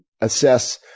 assess